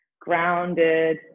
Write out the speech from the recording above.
grounded